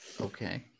Okay